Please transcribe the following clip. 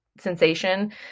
sensation